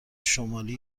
شمالی